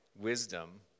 wisdom